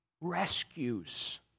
rescues